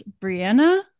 Brianna